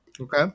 Okay